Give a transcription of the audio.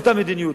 אותה מדיניות.